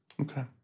Okay